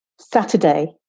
Saturday